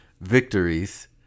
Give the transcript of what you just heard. victories